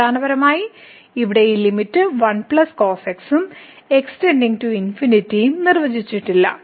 അടിസ്ഥാനപരമായി ഇവിടെ ഈ ലിമിറ്റ് 1 cos x ഉം x ഉം നിർവചിച്ചിട്ടില്ല